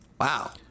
wow